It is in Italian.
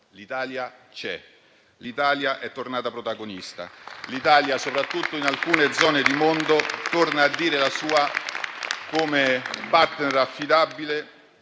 l'Italia c'è, l'Italia è tornata protagonista, l'Italia, soprattutto in alcune zone di mondo, torna a dire la sua come *partner* affidabile,